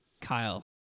Kyle